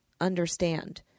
understand